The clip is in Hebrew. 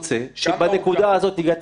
מעטפה שיש בה שני פתקים וכאלה שמתגלות